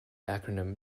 acronym